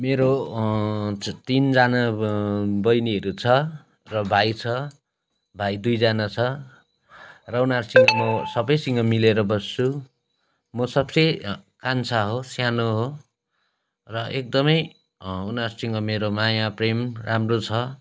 मेरो जो तिनजना बैनीहरू छ र भाइ छ भाइ दुईजना छ र उनीहरूसँग म सबैसँग मिलेर बस्छु म सबसे कान्छा हो सानो हो र एकदमै उनीरूसँग मेरो माया प्रेम राम्रो छ